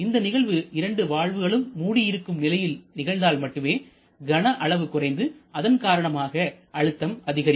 இந்த நிகழ்வு இரண்டு வால்வுகளும் மூடி இருக்கும் நிலையில் நிகழ்ந்தால் மட்டுமே கன அளவு குறைந்து அதன் காரணமாக அழுத்தம் அதிகரிக்கும்